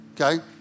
Okay